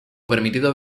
permitido